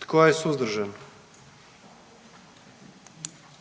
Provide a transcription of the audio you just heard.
Tko je suzdržan?